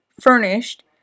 furnished